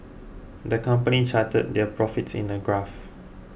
the company charted their profits in a graph